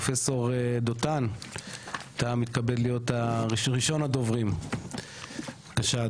פרופסור דותן אתה מתכבד להיות הראשון הדוברים בבקשה,